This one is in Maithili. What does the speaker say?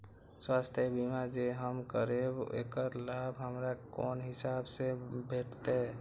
स्वास्थ्य बीमा जे हम करेब ऐकर लाभ हमरा कोन हिसाब से भेटतै?